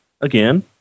again